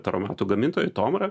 taromatų gamintojai tomra